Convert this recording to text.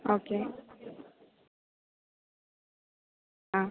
okay ஆ